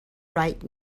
right